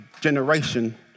generation